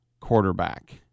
quarterback